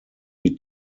die